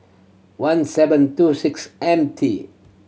one seven two six M T